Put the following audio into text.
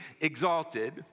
exalted